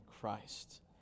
Christ